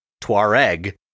Tuareg